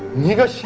you got